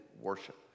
worship